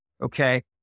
okay